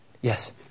Yes